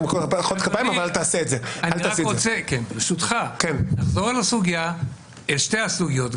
אני רק ברשותך לחזור אל שתי הסוגיות,